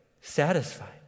satisfied